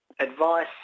advice